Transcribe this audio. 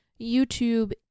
youtube